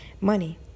money